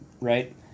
Right